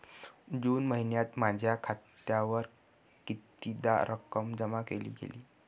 जून महिन्यात माझ्या खात्यावर कितीदा रक्कम जमा केली गेली?